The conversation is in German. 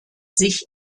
sich